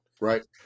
right